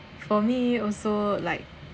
for me also like